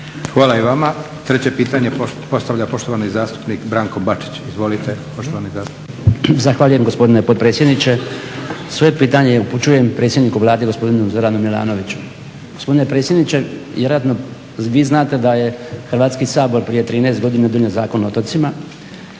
Hvala i vama. Treće pitanje postavlja poštovani zastupnik Branko Bačić. Izvolite poštovani zastupniče. **Bačić, Branko (HDZ)** Zahvaljujem gospodine potpredsjedniče. Svoje pitanje upućujem predsjedniku Vlade, gospodinu Zoranu Milanoviću. Gospodine predsjedniče, vjerojatno vi znate da je Hrvatski sabor prije 13 godina donio Zakon o otocima